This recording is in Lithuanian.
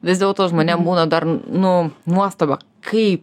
vis dėl to žmonėms būna dar nu nuostaba kaip